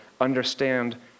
understand